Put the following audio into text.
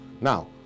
Now